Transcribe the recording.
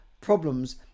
problems